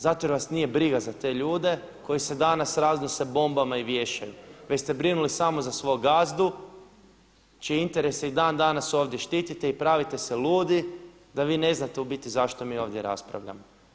Zato jer vas nije briga za te ljude koji se danas raznose bombama i vješaju, već ste brinuli samo za svog gazdu čiji interese i dan danas ovdje štitite i pravite se ludi da vi ne znate u biti zašto mi ovdje raspravljamo.